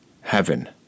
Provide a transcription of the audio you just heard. heaven